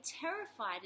terrified